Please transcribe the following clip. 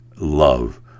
love